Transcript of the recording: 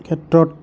ক্ষেত্ৰত